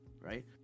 right